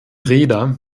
reeder